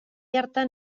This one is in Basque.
hartan